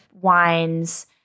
wines